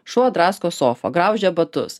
šuo drasko sofą graužia batus